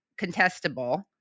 contestable